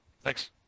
thanks